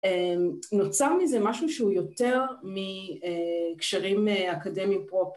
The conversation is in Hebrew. נוצר מזה משהו שהוא יותר מקשרים אקדמיים פרופר.